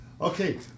Okay